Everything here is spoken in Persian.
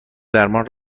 درمان